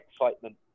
excitement